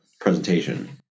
presentation